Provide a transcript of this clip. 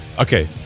Okay